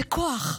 זה כוח,